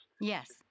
Yes